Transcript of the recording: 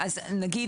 נתחיל